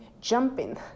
jumping